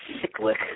cyclic